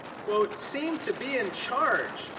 quote, seemed to be in charge,